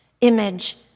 image